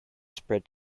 spread